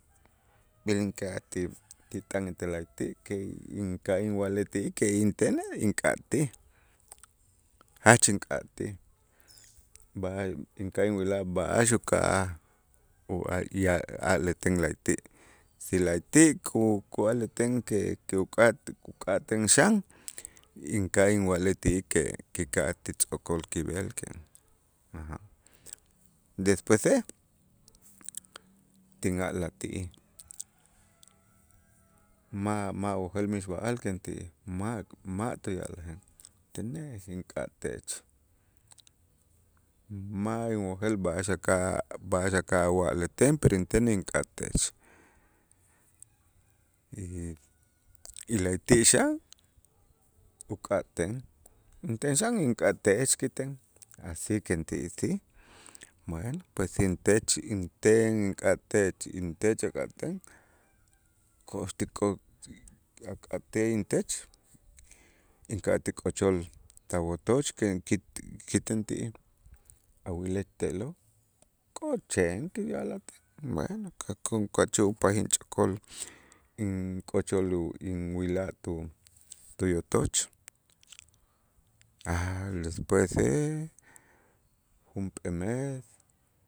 B'el inka'aj ti ti t'an etel la'ayti' que inka' inwa'lej ti'ij que intenej ink'atij, jach ink'atij, b'ay inka' inwilaj b'a'ax uka'aj u a- y a'-a'lejten la'ayti' si la'ayti' ku- ku'a'ltejten que que uka' ti uka' ten xan inka' inwa'lej ti'ij que que ka' ti tz'o'kol kib'el, despuese tin'a'laj ti'ij ma' ma' ojel mixb'a'al kenti ma' ma' tuya'lajen tenej ink'atech, ma' inwojel b'a'ax aka'aj ba'ax aka'aj wa'lejten, pero intenej ink'atech y y la'ayti' xan uk'aten inten xan ink'ate'ex kiten asi kenti y si bueno pues si intech inten ink'atech intech ak'aten ko'ox ti ak'atej intech ink'atij k'ochol tawotoch que kit- kiten ti'ij awilej te'lo' k'ocheen tuya'lajten bueno ka' kun ka' chu'unpajij inch'okol ink'ochol inwilaj tuyotoch despuese junp'ee mes